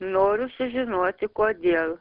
noriu sužinoti kodėl